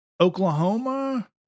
Oklahoma